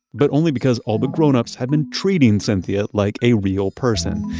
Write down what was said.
but only because all the grown-ups had been treating cynthia like a real person.